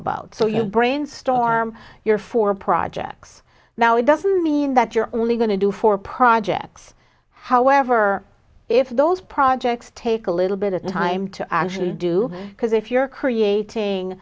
about so you brainstorm your four projects now it doesn't mean that you're only going to do for projects however if those projects take a little bit of time to actually do because if you're creating